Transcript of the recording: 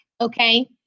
okay